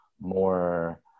more